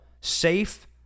safe